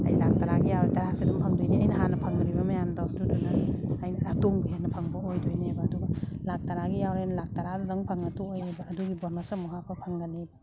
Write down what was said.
ꯑꯩ ꯂꯥꯛ ꯇꯔꯥꯒꯤ ꯌꯥꯎꯔꯦ ꯇꯔꯥꯁꯦ ꯑꯗꯨꯝ ꯐꯪꯗꯣꯏꯅꯦ ꯑꯩꯅ ꯍꯥꯟꯅ ꯐꯪꯈꯤꯕ ꯃꯌꯥꯝꯗꯣ ꯑꯗꯨꯗꯨꯅ ꯑꯩꯅ ꯑꯇꯣꯡꯕ ꯍꯦꯟꯅ ꯐꯪꯕ ꯑꯣꯏꯗꯣꯏꯅꯦꯕ ꯑꯗꯨꯒ ꯂꯥꯛ ꯇꯔꯥꯒꯤ ꯌꯥꯎꯔꯦꯅ ꯂꯥꯛ ꯇꯔꯥꯗꯨꯗꯪ ꯐꯪꯉ ꯇꯣꯛꯑꯣꯏꯑꯕ ꯑꯗꯨꯒꯤ ꯕꯣꯅꯁ ꯑꯃꯨꯛ ꯍꯥꯞꯄ ꯐꯪꯒꯅꯤ